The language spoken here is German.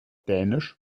dänisch